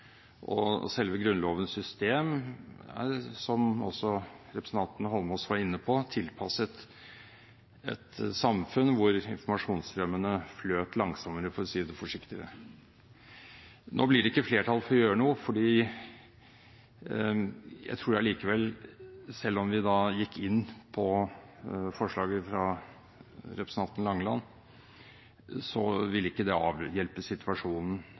Selve Grunnlovens system, som også representanten Holmås var inne på, er tilpasset et samfunn der informasjonsstrømmene fløt langsommere, for å si det forsiktig. Nå blir det ikke flertall for å gjøre noe, for jeg tror at selv om vi gikk inn for forslaget fra representanten Langeland, ville ikke det avhjelpe situasjonen